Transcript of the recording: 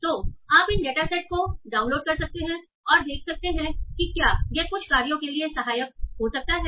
तो आप इन डेटा सेट को डाउनलोड कर सकते हैं और देख सकते हैं कि क्या यह कुछ कार्यों के लिए सहायक हो सकता है